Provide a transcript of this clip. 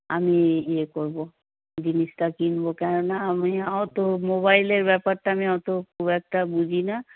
আমি ইয়ে করবো জিনিসটা কিনবো কেন না আমি অতো মোবাইলের ব্যাপারটা আমি অতো খুব একটা বুঝি না